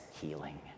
healing